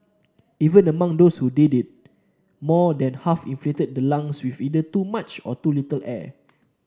even among those who did it more than half inflated the lungs with either too much or too little air